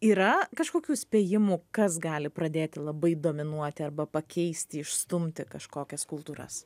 yra kažkokių spėjimų kas gali pradėti labai dominuoti arba pakeisti išstumti kažkokias kultūras